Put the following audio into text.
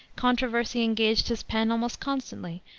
controversy engaged his pen almost constantly,